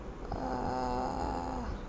err